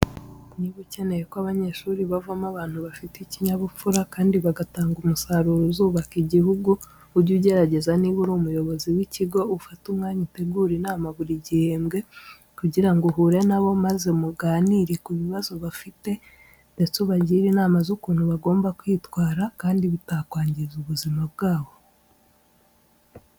Niba ukeneye ko abanyeshuri bavamo abantu bafite ikinyabupfura kandi bagatanga umusaruro uzubaka igihugu, ujye ugerageza niba uri umuyobozi w'ikigo ufate umwanya utegure inama buri gihembwe kugira ngo uhure na bo maze muganire ku bibazo bafite ndetse ubagire inama z'ukuntu bagomba kwitwara kandi bitakwangiza ubuzima bwabo.